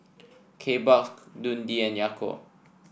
Kbox Dundee and Yakult